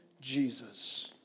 Jesus